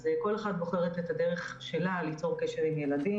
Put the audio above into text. אז כל אחת בוחרת את הדרך שלה ליצור קשר עם ילדים.